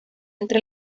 entre